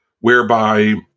whereby